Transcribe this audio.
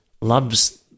loves